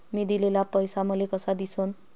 मी दिलेला पैसा मले कसा दिसन?